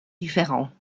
différents